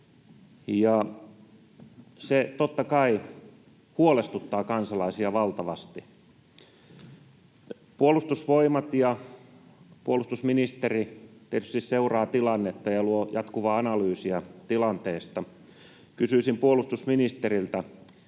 se totta kai huolestuttaa kansalaisia valtavasti. Puolustusvoimat ja puolustusministeri tietysti seuraavat tilannetta ja luovat jatkuvaa analyysiä tilanteesta. Kysyisin puolustusministeriltä: